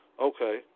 Okay